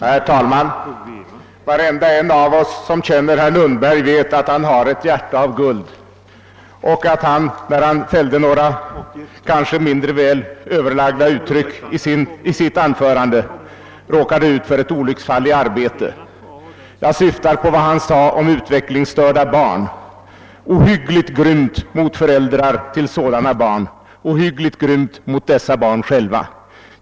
Herr talman! Varenda en av oss som känner herr Lundberg vet att han har ett hjärta av guld och att han, när han i sitt anförande fällde några kanske mindre väl valda ord, råkade ut för ett olycksfall i arbetet. Jag syftar på vad han sade om utvecklingsstörda barn — ohyggligt grymt mot föräldrar till sådana barn och ohyggligt grymt mot dessa barn själva.